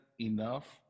enough